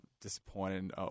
disappointed